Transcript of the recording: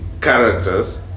characters